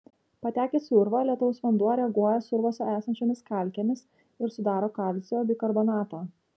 patekęs į urvą lietaus vanduo reaguoja su urvuose esančiomis kalkėmis ir sudaro kalcio bikarbonatą